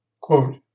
Quote